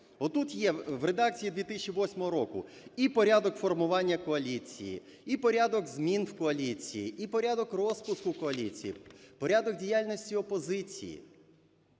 Отут є, в редакції 2008 року, і порядок формування коаліції, і порядок змін в коаліції, і порядок розпуску коаліції, порядок діяльності опозиції.